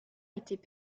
étaient